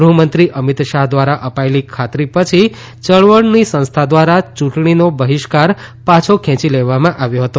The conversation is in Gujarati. ગૃહમંત્રી અમિત શાહ ધ્વારા અપાયેલી ખાતરી પછી યળવળની સંસ્થા ધ્વારા યુંટણીનો બહિષ્કાર પાછો ખેંચી લેવામાં આવ્યો હતો